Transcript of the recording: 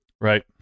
Right